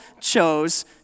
chose